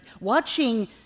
watching